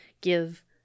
give